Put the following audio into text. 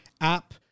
app